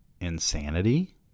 insanity